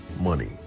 money